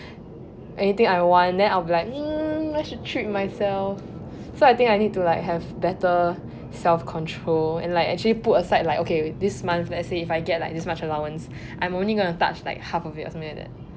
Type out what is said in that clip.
anything I want then I will be like mm I should treat myself so I think I need to like have better self control and like actually put aside like okay this month let say if I get like this much allowance I'm only going to touch like half of it or something like that